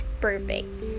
perfect